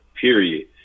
period